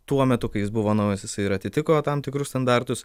tuo metu kai jis buvo naujas jisai ir atitiko tam tikrus standartus